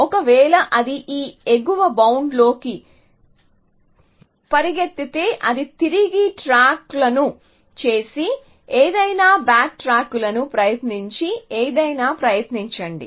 ఒకవేళ అది ఈ ఎగువ బౌండ్లోకి పరిగెత్తితే అది తిరిగి ట్రాక్లను చేసి ఏదైనా బ్యాక్ట్రాక్లను ప్రయత్నించి ఏదైనా ప్రయత్నించండి